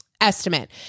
estimate